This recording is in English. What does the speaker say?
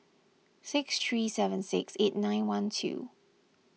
six three seven six eight nine one two